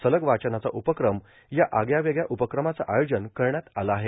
सलग वाचनाचा उपकमया आगळ्या वेगळ्या उपक्रमाचं आयोजन करण्यात आलं आहे